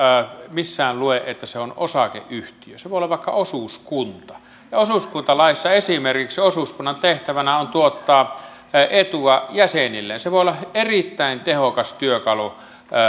missään lue että se on osakeyhtiö se voi olla vaikka osuuskunta ja osuuskuntalaissa esimerkiksi osuuskunnan tehtävänä on tuottaa etua jäsenilleen se voi olla erittäin tehokas työkalu